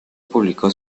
publicó